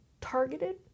targeted